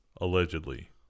allegedly